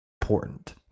important